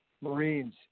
Marines